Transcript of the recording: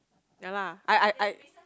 yea lah I I I